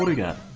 but get